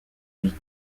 vie